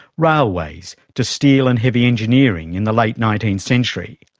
railways, to steel and heavy engineering in the late nineteenth century,